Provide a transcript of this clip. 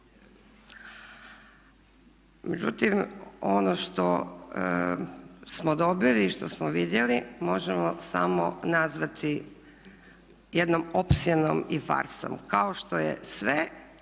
Međutim, ono što smo dobili i što smo vidjeli možemo samo nazvati jednom opsjenom i farsom kao što je sve,